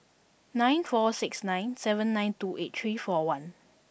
nine four six nine seven nine two eight three four one